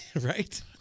right